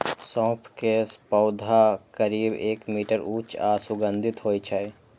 सौंफ के पौधा करीब एक मीटर ऊंच आ सुगंधित होइ छै